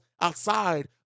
outside